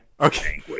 Okay